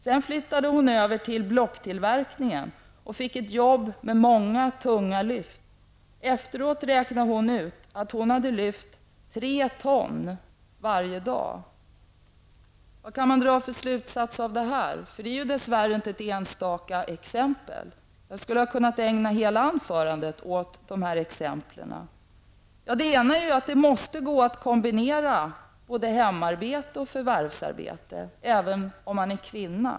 Sedan flyttade hon över till blocktillverkningen och fick ett jobb med många tunga lyft. Efteråt räknade hon ut att hon hade lyft tre ton varje dag. Vad kan man dra för slutsats av detta, som dess värre inte är ett enstaka exempel? Jag skulle ha kunnat ägna hela anförandet åt sådana exempel. Den ena slutsatsen är att det måste gå att kombinera hemarbete och förvärvsarbete även för den som är kvinna.